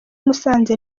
musanze